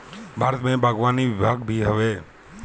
भारत में बागवानी विभाग भी हवे